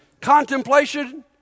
contemplation